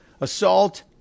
assault